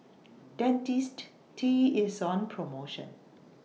Dentiste T IS on promotion